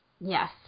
Yes